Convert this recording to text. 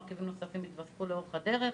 מרכיבים נוספים התווספו לאורך הדרך,